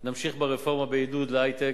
נמשיך ברפורמה לעידוד להיי-טק,